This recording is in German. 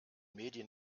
medien